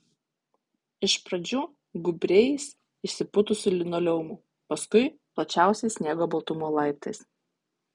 iš pradžių gūbriais išsipūtusiu linoleumu paskui plačiausiais sniego baltumo laiptais